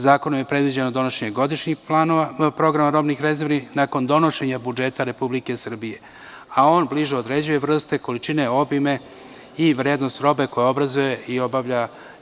Zakonom je predviđeno donošenje godišnjih programa robnih rezervi, nakon donošenja budžeta Republike Srbije, a on bliže određuje vrste, količine, obime i vrednost robe koja obrazuje